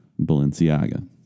Balenciaga